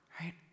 right